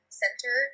center